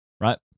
right